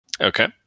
Okay